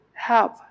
help